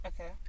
Okay